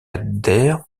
adhère